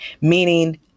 Meaning